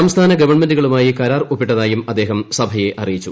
സംസ്ഥാന ഗവൺമെന്റുകളുമായി കരാർ ഒപ്പിട്ടതായും അദ്ദേഹം സഭയെ അറിയിച്ചു